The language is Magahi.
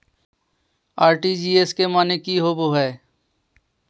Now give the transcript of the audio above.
आर.टी.जी.एस के माने की होबो है?